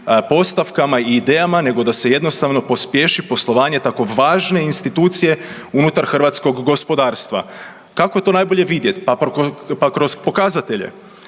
postavkama i idejama, nego da se jednostavno pospješi poslovanje tako važne institucije unutar hrvatskog gospodarstva. Kako je to najbolje vidjeti? Pa kroz pokazatelje.